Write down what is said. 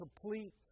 complete